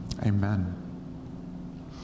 Amen